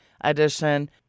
edition